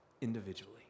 individually